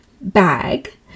bag